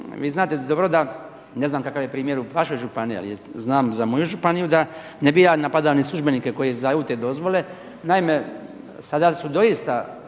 vi znate dobro da, ne znam kakav je primjer u vašoj županiji ali znam za moju županiju da ne bih ja napadao ni službenike koji izdaju te dozvole. Naime, sada su doista